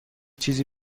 چیزی